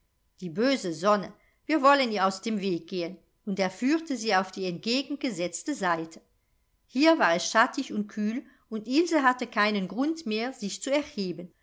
die böse sonne wir wollen ihr aus dem weg gehen und er führte sie auf die entgegengesetzte seite hier war es schattig und kühl und ilse hatte keinen grund mehr sich zu erheben